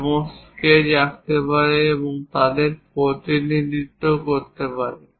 এবং স্কেচ আঁকতে পারি এবং তাদের প্রতিনিধিত্ব করতে পারি